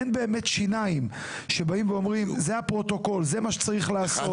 אין באמת שיניים ואין פרוטוקול שאומר ברור מה צריך לעשות.